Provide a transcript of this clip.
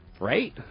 Right